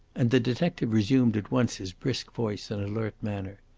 and the detective resumed at once his brisk voice and alert manner.